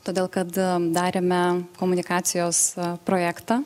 todėl kad darėme komunikacijos projektą